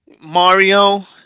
Mario